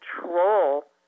control